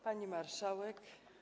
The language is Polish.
Pani Marszałek!